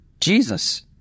Jesus